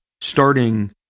starting